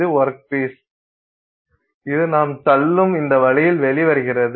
இது work piece இது நாம் தள்ளும் இந்த வழியில் வெளிவருகிறது